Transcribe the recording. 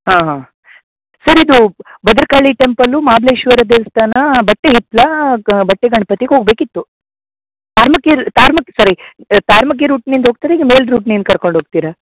ಹಾಂ ಹಾಂ ಸರ್ ಇದು ಭದ್ರಕಾಳಿ ಟೆಂಪಲ್ಲು ಮಾಬಲೇಶ್ವರ ದೇವಸ್ಥಾನ ಬಟ್ಟಿ ಹಿತ್ತಲ ಗ್ ಬಟ್ಟಿ ಗಣ್ಪತಿಗೆ ಹೋಗ್ಬೇಕಿತ್ತು ತಾರ್ಮಕಿರ್ ತಾರ್ಮಕ್ಕಿ ಸಾರಿ ತಾರಮಕ್ಕಿ ರೂಟ್ನಿಂದ ಹೋಗ್ತಿರ ಈಗ ಮೇಲೆ ರೂಟ್ನಿಂದ ಕರ್ಕೊಂಡು ಹೋಗ್ತೀರಾ